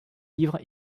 livre